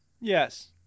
Yes